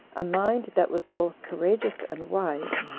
a mind that was both courageous and wise,